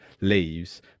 leaves